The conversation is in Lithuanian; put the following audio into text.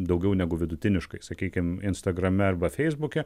daugiau negu vidutiniškai sakykim instagrame arba feisbuke